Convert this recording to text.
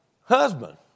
husband